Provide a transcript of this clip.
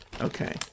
Okay